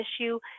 issue